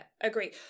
agree